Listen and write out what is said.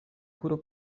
kuro